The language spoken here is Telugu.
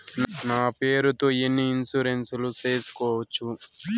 నా పేరుతో ఎన్ని ఇన్సూరెన్సులు సేసుకోవచ్చు?